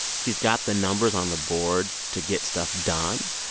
he's got the numbers on the board to get stuff done.